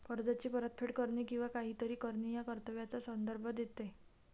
कर्जाची परतफेड करणे किंवा काहीतरी करणे या कर्तव्याचा संदर्भ देते